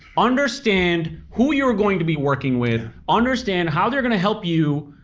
understand who you are going to be working with, understand how they're gonna help you